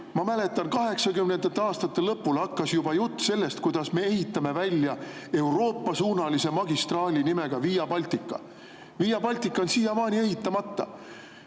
Ma mäletan, 1980. aastate lõpul hakkas juba jutt sellest, kuidas me ehitame välja Euroopa-suunalise magistraali nimega Via Baltica. Via Baltica on siiamaani ehitamata.